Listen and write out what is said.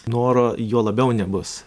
noro juo labiau nebus